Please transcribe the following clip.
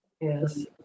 Yes